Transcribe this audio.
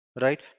right